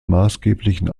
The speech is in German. maßgeblichen